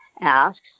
asks